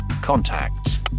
Contacts